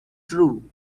true